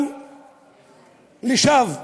אבל לשווא.